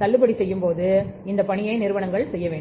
தள்ளுபடி செய்யும்போது இந்த பணியை நிறுவனங்கள் செய்ய வேண்டும்